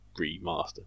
remaster